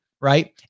right